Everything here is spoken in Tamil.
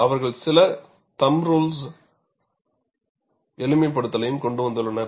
அவர்கள் சில தம்பு ரூல் எளிமைப்படுத்தல்களையும் கொண்டு வந்துள்ளனர்